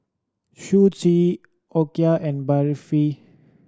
Sushi Okayu and Barfi